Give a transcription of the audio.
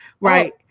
right